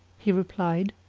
he replied,